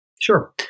Sure